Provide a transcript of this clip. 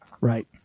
Right